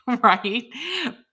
Right